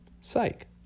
Psych